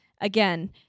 again